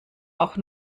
auch